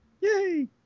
Yay